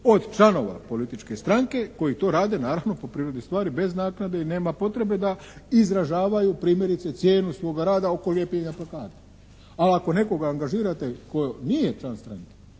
od članova političke stranke koji to rade naravno po prirodi stvari bez naknade i nema potrebe da izražavaju primjerice cijenu svoga rada … /Ne razumije se./ … ali ako nekoga angažirate tko nije član stranke,